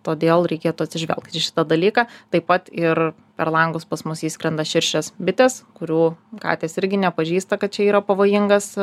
todėl reikėtų atsižvelgt į šitą dalyką taip pat ir per langus pas mus įskrenda širšės bitės kurių katės irgi nepažįsta kad čia yra pavojingas